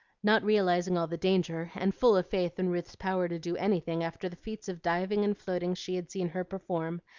not realizing all the danger, and full of faith in ruth's power to do anything, after the feats of diving and floating she had seen her perform,